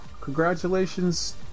congratulations